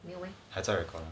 还在还在 record ah